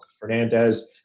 Fernandez